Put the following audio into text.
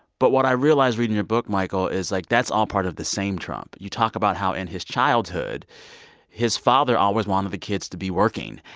but what i realize reading your book, michael, is like, that's all part of the same trump. you talk about how in his childhood his father always wanted the kids to be working.